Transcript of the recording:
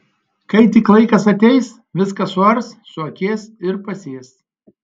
kai tik laikas ateis viską suars suakės ir pasės